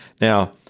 Now